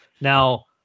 Now